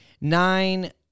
Nine